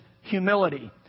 humility